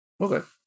Okay